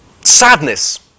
sadness